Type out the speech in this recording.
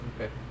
Okay